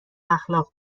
اخلاق